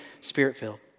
spirit-filled